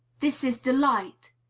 this is delight,